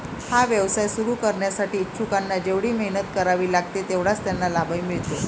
हा व्यवसाय सुरू करण्यासाठी इच्छुकांना जेवढी मेहनत करावी लागते तेवढाच त्यांना लाभही मिळतो